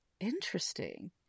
interesting